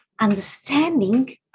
understanding